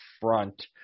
front